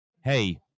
hey